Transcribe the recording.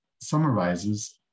summarizes